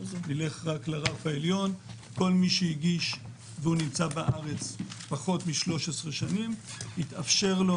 נלך רק על הרף העליון כך שכל מי שהגיש ונמצא פחות מ-13 שנים יתאפשר לו